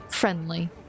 Friendly